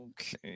Okay